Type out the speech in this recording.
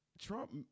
Trump